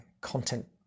content